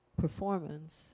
performance